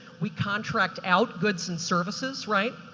we contract out goods and services, right?